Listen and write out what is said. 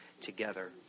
together